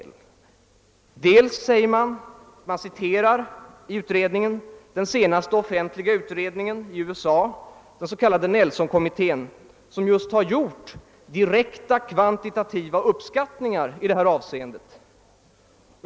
Dels citerar man den senaste offentliga utredningen i USA, den s.k. Nelsonkommittén, som just har gjort direkta kvantitativa uppskattningar i detta avseende.